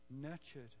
nurtured